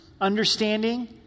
understanding